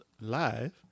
live